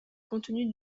contenu